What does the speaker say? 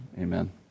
amen